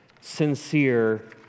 sincere